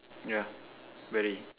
yeah very